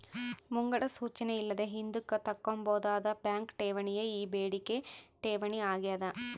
ಮುಂಗಡ ಸೂಚನೆ ಇಲ್ಲದೆ ಹಿಂದುಕ್ ತಕ್ಕಂಬೋದಾದ ಬ್ಯಾಂಕ್ ಠೇವಣಿಯೇ ಈ ಬೇಡಿಕೆ ಠೇವಣಿ ಆಗ್ಯಾದ